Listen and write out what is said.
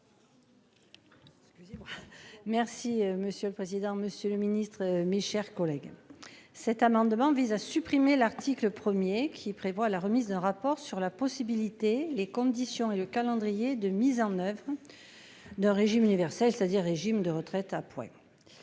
Merci monsieur le président, Monsieur le Ministre, mes chers collègues. Cet amendement vise à supprimer l'article 1er qui prévoit la remise d'un rapport sur la possibilité et les conditions et le calendrier de mise en oeuvre. D'un régime universel c'est-à-dire régime de retraite à points.